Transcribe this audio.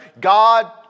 God